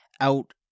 out